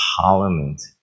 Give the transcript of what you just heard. parliament